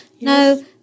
no